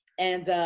and,